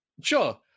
Sure